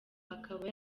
akaba